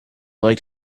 like